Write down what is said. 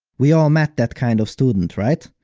we all met that kind of student, right?